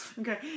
Okay